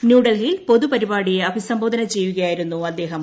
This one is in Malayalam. ന്യൂഡൽഹിയിൽ പൊതു പരിപാടിയെ അഭിസംബോധന ചെയ്യുകയായിരുന്നു അദ്ദേഹം